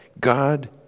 God